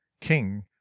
king